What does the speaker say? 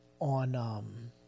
on